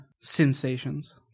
Sensations